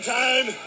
time